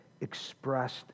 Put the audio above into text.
expressed